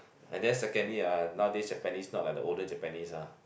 and then secondly ah nowadays Japanese not like the older Japanese ah